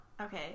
okay